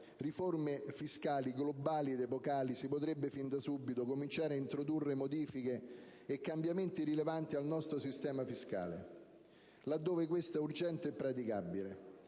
riforme fiscali globali ed epocali, si potrebbe fin da subito cominciare a introdurre modifiche e cambiamenti rilevanti al nostro sistema fiscale dove questo è urgente e praticabile.